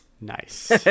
Nice